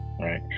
right